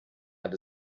hat